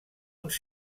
uns